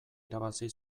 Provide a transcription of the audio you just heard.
irabazi